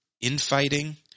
infighting